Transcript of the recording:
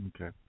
Okay